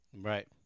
Right